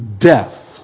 death